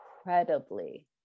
incredibly